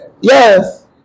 Yes